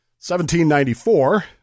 1794